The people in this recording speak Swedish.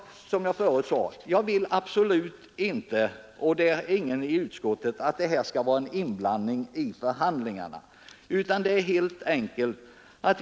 Som jag förut sade vill jag absolut inte — och det vill ingen annan i utskottet heller — att vi här skall få en inblandning i förhandlingarna.